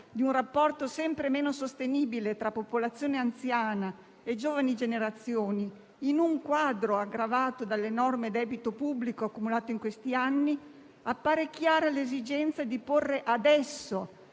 di un rapporto sempre meno sostenibile tra popolazione anziana e giovani generazioni. In un quadro aggravato dall'enorme debito pubblico accumulato in questi anni, appare chiara l'esigenza di porre adesso,